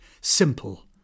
simple